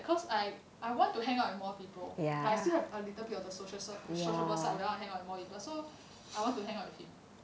cause I I want to hang out more people like I still have a little bit of the social so sociable side where I wanna hang out more people so I want to hang out with him